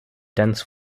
dense